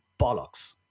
bollocks